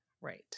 right